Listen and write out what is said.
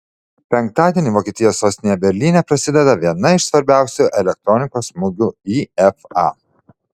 penktadienį vokietijos sostinėje berlyne prasideda viena iš svarbiausių elektronikos mugių ifa